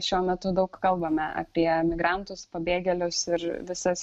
šiuo metu daug kalbame apie migrantus pabėgėlius ir visas